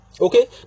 okay